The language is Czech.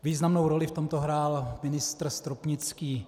Významnou roli v tomto hrál ministr Stropnický.